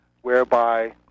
whereby